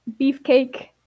Beefcake